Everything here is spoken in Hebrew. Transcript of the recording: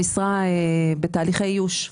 המשרה בתהליכי איוש.